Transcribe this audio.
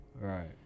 right